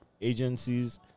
agencies